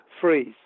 freeze